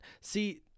See